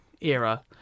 era